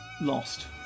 lost